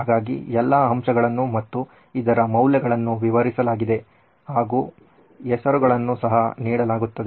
ಹಾಗಾಗಿ ಎಲ್ಲಾ ಅಂಶಗಳನ್ನು ಮತ್ತು ಇದರ ಮೌಲ್ಯಗಳನ್ನು ವಿವರಿಸಲಾಗಿದೆ ಹಾಗೂ ಹೆಸರುಗಳನ್ನು ಸಹ ನೀಡಲಾಗುತ್ತದೆ